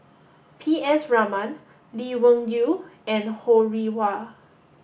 P S Raman Lee Wung Yew and Ho Rih Hwa